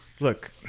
Look